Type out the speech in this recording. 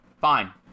fine